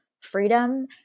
freedom